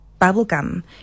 bubblegum